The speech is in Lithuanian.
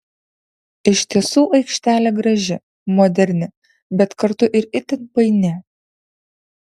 iš tiesų aikštelė graži moderni bet kartu ir itin paini